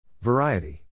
Variety